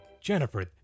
Jennifer